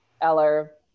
Eller